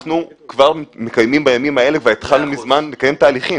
אנחנו כבר מקיימים בימים אלה והתחלנו מזמן לקיים תהליכים.